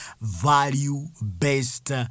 value-based